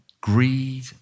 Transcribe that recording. greed